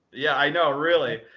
yeah, i know, really.